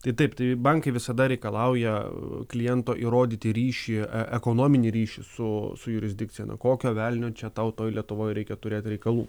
tai taip tai bankai visada reikalauja kliento įrodyti ryšį ekonominį ryšį su su jurisdikcija nu kokio velnio čia tau toj lietuvoj reikia turėt reikalų